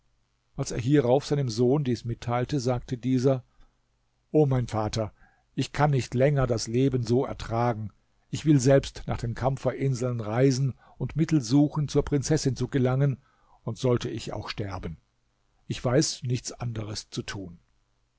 als er hierauf seinem sohn dies mitteilte sagte dieser o mein vater ich kann nicht länger das leben so ertragen ich will selbst nach den kampferinseln reisen und mittel suchen zur prinzessin zu gelangen und sollte ich auch sterben ich weiß nichts anderes zu tun